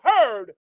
heard